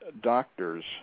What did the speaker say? doctors